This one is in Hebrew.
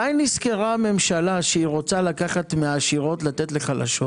מתי נזכרה הממשלה שהיא רוצה לקחת מהעשירות ולתת לחלשות?